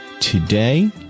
today